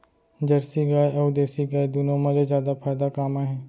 Jersey गाय अऊ देसी गाय दूनो मा ले जादा फायदा का मा हे?